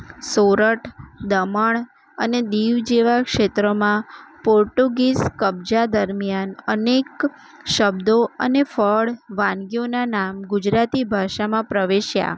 સોરઠ દમણ અને દીવ જેવા ક્ષેત્રોમાં પોર્ટુગીઝ કબજા દરમ્યાન અનેક શબ્દો અને ફળ વાનગીઓના નામ ગુજરાતી ભાષામાં પ્રવેશ્યા